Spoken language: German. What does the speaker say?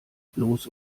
bloß